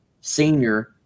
senior